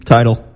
Title